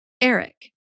Eric